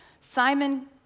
Simon